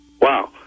Wow